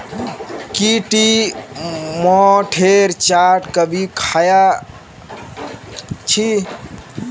की टी मोठेर चाट कभी ख़या छि